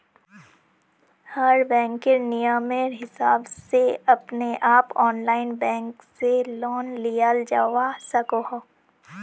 हर बैंकेर नियमेर हिसाब से अपने आप ऑनलाइन बैंक से लोन लियाल जावा सकोह